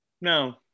No